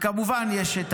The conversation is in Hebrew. כמובן יש את